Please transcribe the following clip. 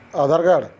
Aadhaar card